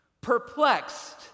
perplexed